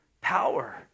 power